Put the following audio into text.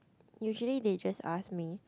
usually they just ask me